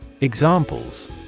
Examples